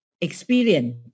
experience